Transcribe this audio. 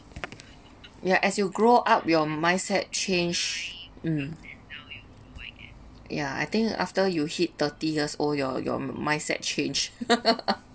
ya as you grow up your mindset changed um yeah I think after you hit thirty years old your your mindset change